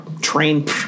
train